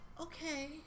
okay